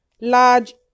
large